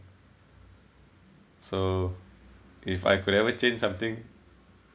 so if I could ever change something